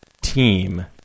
team